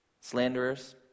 Slanderers